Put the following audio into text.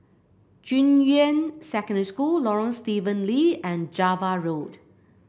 Junyuan Secondary School Lorong Stephen Lee and Java Road